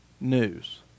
news